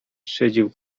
szydził